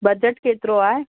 budget केतिरो आहे